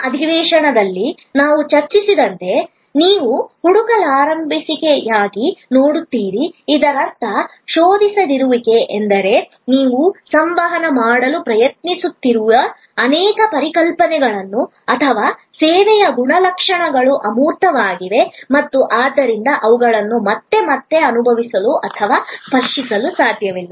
ಹಿಂದಿನ ಅಧಿವೇಶನದಲ್ಲಿ ನಾವು ಚರ್ಚಿಸಿದಂತೆ ನೀವು ಹುಡುಕಲಾಗದಿರುವಿಕೆಗಾಗಿ ನೋಡುತ್ತೀರಿ ಇದರರ್ಥ ಶೋಧಿಸದಿರುವಿಕೆ ಎಂದರೆ ನೀವು ಸಂವಹನ ಮಾಡಲು ಪ್ರಯತ್ನಿಸುತ್ತಿರುವ ಅನೇಕ ಪರಿಕಲ್ಪನೆಗಳು ಅಥವಾ ಸೇವೆಯ ಗುಣಲಕ್ಷಣಗಳು ಅಮೂರ್ತವಾಗಿವೆ ಮತ್ತು ಆದ್ದರಿಂದ ಅವುಗಳನ್ನು ಮತ್ತೆ ಮತ್ತೆ ಅನುಭವಿಸಲು ಅಥವಾ ಸ್ಪರ್ಶಿಸಲು ಸಾಧ್ಯವಿಲ್ಲ